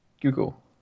Google